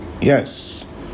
yes